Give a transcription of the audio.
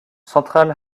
central